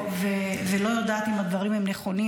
ולא יודעת אם הדברים הם נכונים,